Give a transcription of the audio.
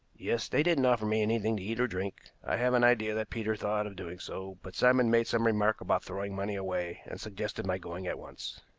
yes they didn't offer me anything to eat or drink. i have an idea that peter thought of doing so, but simon made some remark about throwing money away, and suggested my going at once.